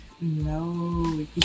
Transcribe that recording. No